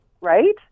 right